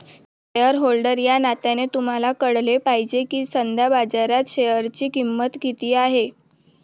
shareholder या नात्याने तुम्हाला कळले पाहिजे की सध्या बाजारात शेअरची किंमत किती आहे